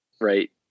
right